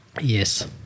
Yes